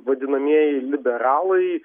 vadinamieji liberalai